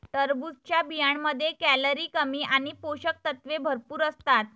टरबूजच्या बियांमध्ये कॅलरी कमी आणि पोषक तत्वे भरपूर असतात